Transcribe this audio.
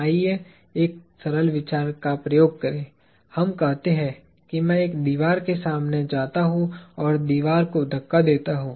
आइए एक सरल विचार प्रयोग करें हम कहते हैं कि मैं एक दीवार के सामने जाता हूं और दीवार को धक्का देता हूं